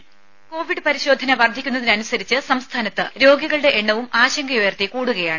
രുമ കോവിഡ് പരിശോധന വർധിക്കുന്നതനുസരിച്ച് സംസ്ഥാനത്ത് രോഗികളുടെ എണ്ണവും ആശങ്കയുയർത്തി കൂടുകയാണ്